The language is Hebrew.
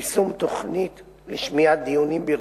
יישום תוכנית לשמיעת דיונים ברציפות,